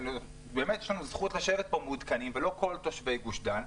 שבאמת יש לנו זכות לשבת פה מעודכנים ולא כל תושבי גוש דן?